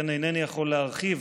ולכן אינני יכול להרחיב,